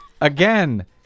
Again